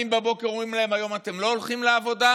בבוקר ואומרים להם: היום אתם לא הולכים לעבודה,